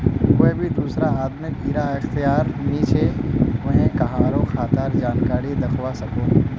कोए भी दुसरा आदमीक इरा अख्तियार नी छे व्हेन कहारों खातार जानकारी दाखवा सकोह